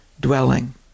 dwelling